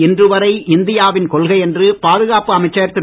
இன்று வரை இந்தியாவின் கொள்கை என்று பாதுகாப்பு அமைச்சர் திரு